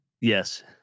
Yes